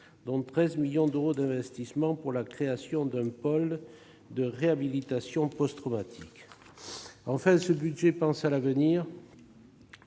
dont 13 millions d'euros d'investissements pour la création d'un pôle de réhabilitation post-traumatique. Enfin, les auteurs de ce budget pensent à l'avenir